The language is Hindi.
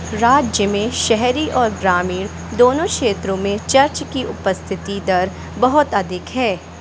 राज्य में शहरी और ग्रामीण दोनों क्षेत्रों में चर्च की उपस्थिति दर बहुत अधिक है